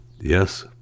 Yes